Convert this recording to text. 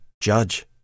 judge